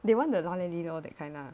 they want lah leh lee lor that kind lah